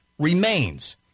remains